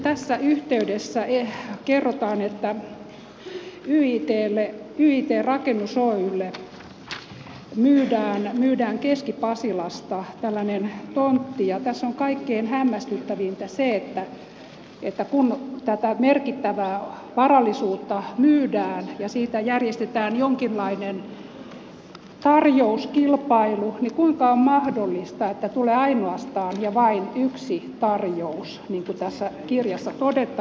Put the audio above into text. nytten tässä yhteydessä kerrotaan että yit rakennus oylle myydään keski pasilasta tontti ja tässä on kaikkein hämmästyttävintä se kun tätä merkittävää varallisuutta myydään ja siitä järjestetään jonkinlainen tarjouskilpailu kuinka on mahdollista että tulee ainoastaan ja vain yksi tarjous niin kuin tässä kirjassa todetaan